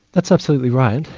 that's absolutely right.